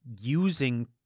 using